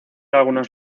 algunos